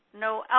no